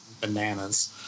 bananas